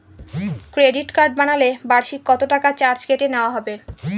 Credit card বানালে বার্ষিক কত টাকা চার্জ কেটে নেওয়া হবে?